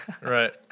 Right